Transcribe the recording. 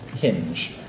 hinge